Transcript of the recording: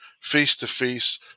face-to-face